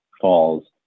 falls